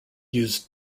used